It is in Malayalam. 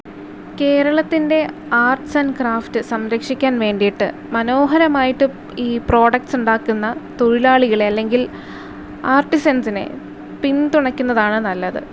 കേരളത്തിൻ്റെ ആർട്ട്സ് ആൻഡ് ക്രാഫ്റ്റ് സംരക്ഷിക്കാൻ വേണ്ടിയിട്ട് മനോഹരമായിട്ട് ഈ പ്രോഡക്ട്സ് ഉണ്ടാക്കുന്ന തൊഴിലാളികളെ അല്ലെങ്കിൽ ആർട്ടിസെൻസിനെ പിന്തുണക്കുന്നതാണ് നല്ലത്